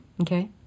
Okay